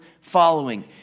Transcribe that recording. following